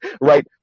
right